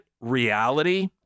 reality